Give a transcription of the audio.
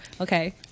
okay